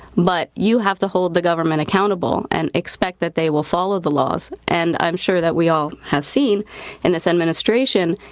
but you have to hold the government accountable and expect that they will follow the laws. and i'm sure that we all have seen in this administration,